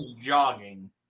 Jogging